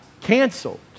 canceled